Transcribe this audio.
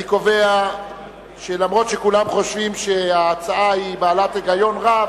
אני קובע שאף-על-פי שכולם חושבים שההצעה היא בעלת היגיון רב,